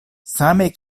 same